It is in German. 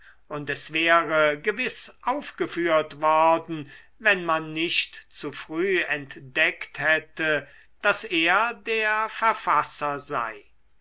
und es wäre gewiß aufgeführt worden wenn man nicht zu früh entdeckt hätte daß er der verfasser sei